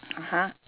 (uh huh)